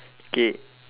okay